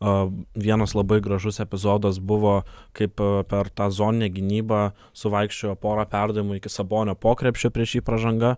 a vienas labai gražus epizodas buvo kaip per tą zoninę gynybą suvaikščiojo porą perdavimų iki sabonio po krepšiu prieš jį pražanga